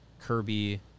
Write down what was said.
Kirby